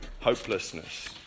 hopelessness